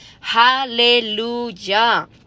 Hallelujah